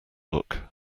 look